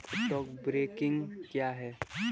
Stock broking क्या है?